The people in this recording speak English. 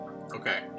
Okay